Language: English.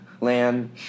Land